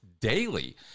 daily